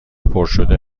پرشده